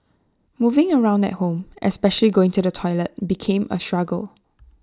moving around at home especially going to the toilet became A struggle